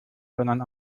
sondern